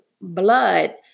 blood